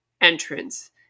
entrance